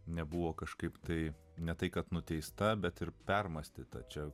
nebuvo kažkaip tai ne tai kad nuteista bet ir permąstė tačiau